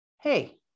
Hey